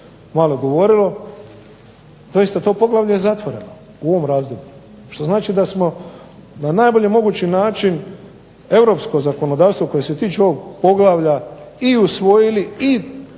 malo govorilo, doista to poglavlje je zatvoreno u ovom razdoblju, što znači da smo na najbolji mogući način Europsko zakonodavstvo koje se tiče ovog poglavlja, i usvojili i